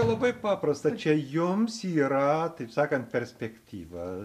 labai paprasta čia jums yra taip sakant perspektyva